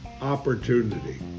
opportunity